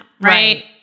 Right